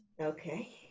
Okay